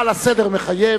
אבל הסדר מחייב,